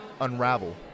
unravel